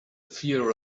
fear